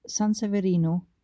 Sanseverino